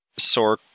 Sork